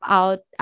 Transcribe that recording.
out